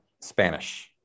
Spanish